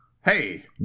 hey